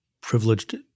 privileged